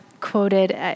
quoted